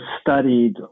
studied